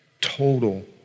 total